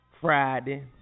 Friday